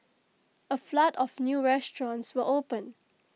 A flood of new restaurants will open